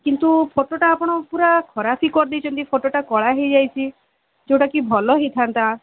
କିନ୍ତୁ ଫଟୋଟା ଆପଣ ପୁରା ଖରାପ ହିଁ କରିଦେଇଛନ୍ତି ଫଟୋଟା କଳା ହୋଇଯାଇଛି ଯୋଉଟାକି ଭଲ ହୋଇଥାନ୍ତା